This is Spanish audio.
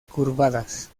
curvadas